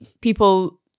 people